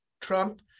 Trump